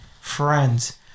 friends